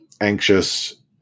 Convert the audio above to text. anxious